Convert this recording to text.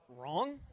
wrong